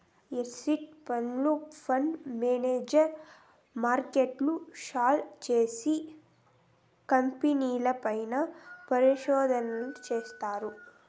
active ఫండ్లో, fund manager మార్కెట్ను scan చేసి, కంపెనీల పైన పరిశోధన చేస్తారు